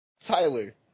Tyler